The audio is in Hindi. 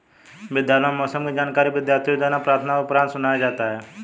विद्यालयों में मौसम की जानकारी विद्यार्थियों द्वारा प्रार्थना उपरांत सुनाया जाता है